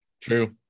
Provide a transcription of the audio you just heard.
True